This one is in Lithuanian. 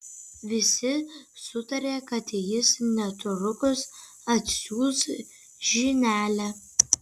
visi sutarė kad jis netrukus atsiųs žinelę